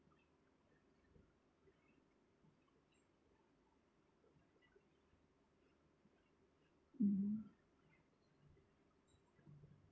mm